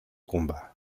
combat